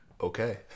Okay